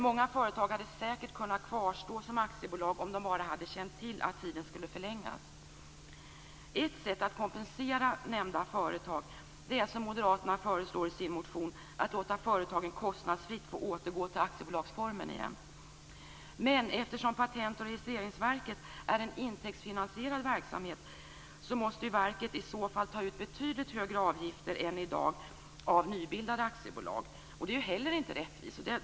Många företag hade säkert kunnat kvarstå som aktiebolag om de bara hade känt till att tiden skulle förlängas. Ett sätt att kompensera nämnda företag är att, som Moderaterna föreslår i sin motion, kostnadsfritt låta företagen få återgå till aktiebolagsformen. Men eftersom Patent och registreringsverket är en intäktsfinansierad verksamhet måste verket i så fall ta ut betydligt högre avgifter än i dag av nybildade aktiebolag. Det är heller inte rättvist.